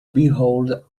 behold